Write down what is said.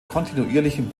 kontinuierlichen